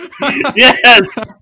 Yes